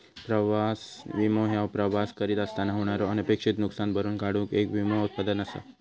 प्रवास विमो ह्यो प्रवास करीत असताना होणारे अनपेक्षित नुसकान भरून काढूक येक विमो उत्पादन असा